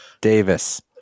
Davis